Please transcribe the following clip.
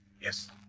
Yes